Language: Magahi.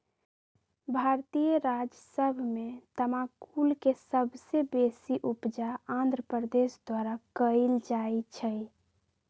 भारतीय राज्य सभ में तमाकुल के सबसे बेशी उपजा आंध्र प्रदेश द्वारा कएल जाइ छइ